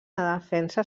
defensa